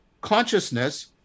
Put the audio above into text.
consciousness